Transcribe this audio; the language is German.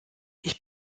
ich